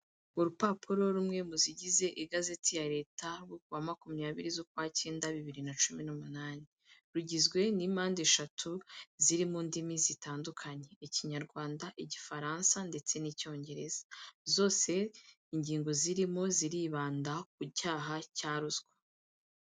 Urupapuro rumwe mu zigize igazeti ya leta rwo kuwa makumyabiri z'ukwa cyenda bibiri na cumi n'umunani, rugizwe n'impande eshatu ziri mu ndimi zitandukanye Ikinyarwanda, Igifaransa ndetse n'Icyongereza, zose ingingo zirimo ziribanda ku cyaha cya ruswa.